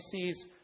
sees